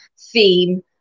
theme